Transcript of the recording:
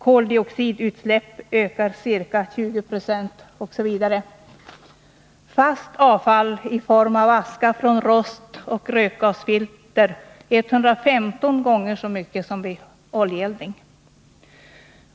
Koldioxidutsläppen ökar med ca 20 2 osv. Fast avfall i form av aska från rost och rökgasfilter ökar 115 gånger så mycket som vid oljeeldning.